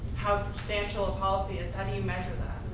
how substantial a policy is. how do you measure that?